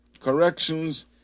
corrections